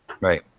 Right